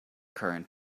current